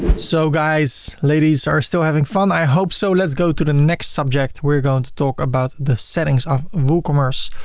so guys, ladies we are still having fun. i hope so. let's go to the next subject. we're going to talk about the settings of woocommerce.